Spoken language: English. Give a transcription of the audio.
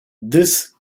this